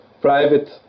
private